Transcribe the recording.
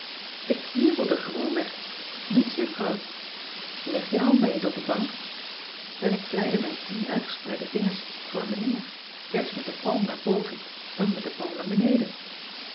ik jubelde gewoonweg niets juffrouw leg je handen eens op de bank en ik vleide mijn tien uitgespreide vingers voor me neer eerst met de palm naar boven dan met de palm naar beneden